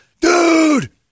dude